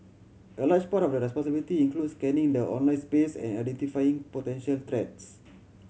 a large part of their responsibility includes scanning the online space and identifying potential threats